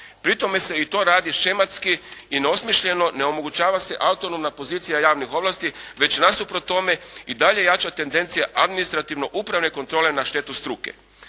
Pri tome se i to radi shematski i neosmišljeno, ne omogućava se autonomna pozicija javnih ovlasti već nasuprot tome i dalje jača tendencija administrativno-upravne kontrole na štetu struke.